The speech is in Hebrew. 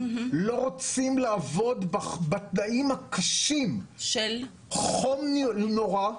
לא רוצים לעבוד בתנאים הקשים של חום נורא,